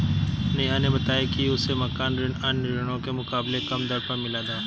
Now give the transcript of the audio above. नेहा ने बताया कि उसे मकान ऋण अन्य ऋणों के मुकाबले कम दर पर मिला था